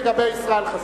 הוא הדין לגבי ישראל חסון.